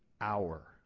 hour